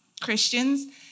Christians